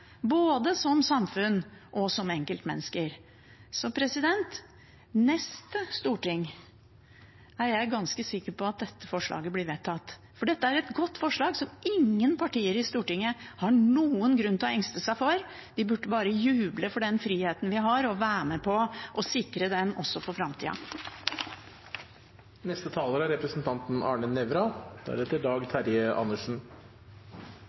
både som samfunn og som enkeltmennesker. Så jeg er ganske sikker på at dette forslaget blir vedtatt i neste storting, for dette er et godt forslag som ingen partier i Stortinget har noen grunn til å engste seg for. Vi burde bare juble for den friheten vi har, og være med på å sikre den også for framtida. Det var så mange gode ord fra siste taler